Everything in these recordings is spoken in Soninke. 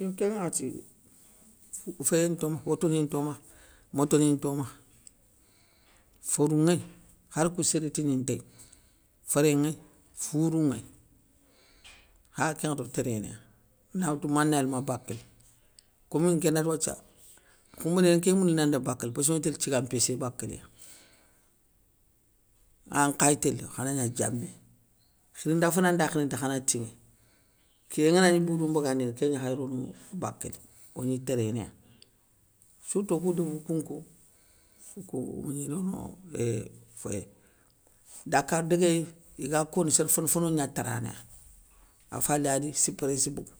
Yo kén ŋwakhati féyé nto makha, wotoni nto makha, motoni nto makha, forou ŋéy, khar kou séréttini ntéy, féré nŋéy fourou nŋéy, kha kén ŋakhati o térénéya, na woutou manayéli ma bakéli, komi nké nari wathia, khoumbéné nkéy mouli nan daga bakéli passkogni télé tiga mpéssé bakéli ya, ahh nkhay télé, khana gna diamé, khirinda fana nda khiri ta khana tinŋé, kiyé nganagni i boudou mbagandini kén ndima khay rono bakéli, ogni térénéya, sourtout okou débou kounkou, okou ogni rono éhhh féyé. Dakarou déguéyou igana kono sér fane fane fano gna taranaya, a falé ari sipréssi bogou,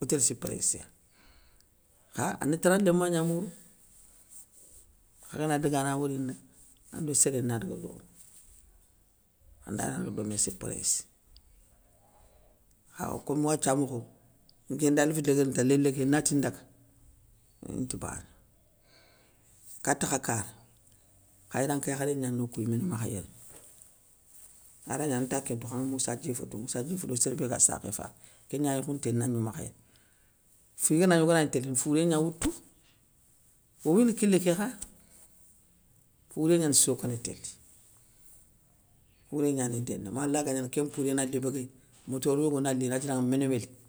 otél sipréssi ya, kha anetaraléma gna mouroune, kha gana dagana worinda, ando séré na daga domé, anda nadaga dommé sipréssi. Aw kom wathia mokho, nké nda léfi déguérinita lélé ké nati ndaga, inta bana. Kati kha kara, khayranke yakharé gnagno kou yiméni makha yéré, aray gnana anta kén ntou, kha anŋe moussa djiffa tou, moussa djiffa do sér bé ga sakhé fabé, kégna yakhounté nagno makha yéré. Fi gana gna ogana gni télé, ine fouré gna woutou, owouyini kilé ké kha, wouré gnani sokana télé fouré gnani déné mala ga gnana kén mpouré nali béguéy motor ni yogoni nali inati danŋa ménéwéli.